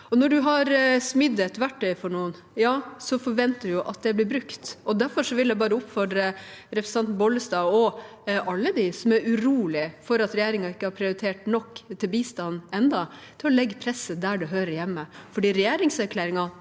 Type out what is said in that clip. Når man har smidd et verktøy for noen, forventer man at det blir brukt. Derfor vil jeg bare oppfordre representanten Bollestad og alle dem som er urolige for at regjeringen ennå ikke har prioritert nok til bistand, til å legge presset der det hører hjemme,